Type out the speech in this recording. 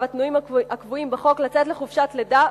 התנאים הקבועים בחוק לצאת לחופשת לידה